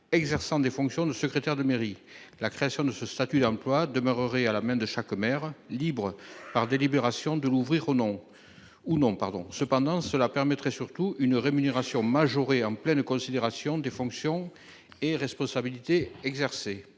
exerçant des fonctions de secrétaire de mairie. La création de ce statut d'emploi demeurerait à la main de sa commère libre par délibération de l'ouvrir ou non ou non pardon. Cependant, cela permettrait surtout une rémunération majorée en pleine considération des fonctions et responsabilités exercées